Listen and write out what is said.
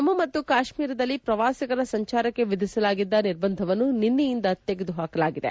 ಜಮ್ಮು ಮತ್ತು ಕಾಶ್ಮೀರದಲ್ಲಿ ಪ್ರವಾಸಿಗರ ಸಂಚಾರಕ್ಕೆ ವಿಧಿಸಲಾಗಿದ್ದ ನಿರ್ಬಂಧವನ್ನು ನಿನ್ನೆಯಿಂದ ತೆಗೆದು ಪಾಕಲಾಗಿದೆ